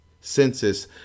Census